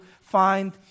find